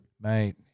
Mate